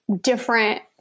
different